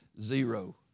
zero